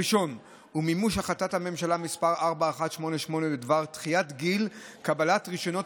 הראשון הוא מימוש החלטת הממשלה מס' 4188 בדבר דחיית גיל קבלת רישיונות